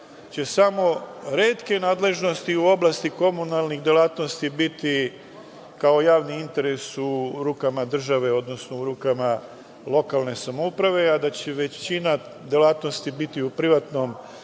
će samo retke nadležnosti u oblasti komunalnih delatnosti biti kao javni interes u rukama države, odnosno u rukama lokalne samouprave, a da će većina delatnosti biti u privatnom